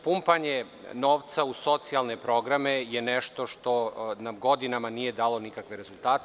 Pumpanje novca u socijalne programe je nešto što nam godinama nije dalo nikakve rezultate.